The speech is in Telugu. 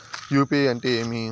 యు.పి.ఐ అంటే ఏమి?